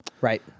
Right